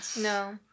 No